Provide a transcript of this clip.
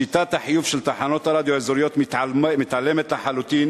שיטת החיוב של תחנות הרדיו האזוריות מתעלמת לחלוטין